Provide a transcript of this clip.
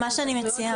אני מציעה,